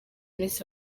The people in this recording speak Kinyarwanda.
miss